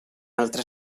altre